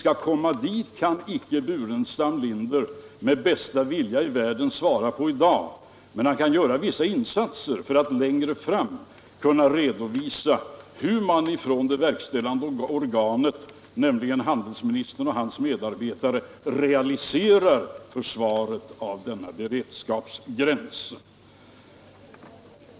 Hur skall vi försvara den kan Burenstam Linder med bästa vilja i världen inte svara på i dag, men han kan göra vissa insatser för att längre fram kunna redovisa hur det verkställande organet, nämligen handelsministerns och hans medarbetare, tänker realisera försvaret av denna beredskapsgräns.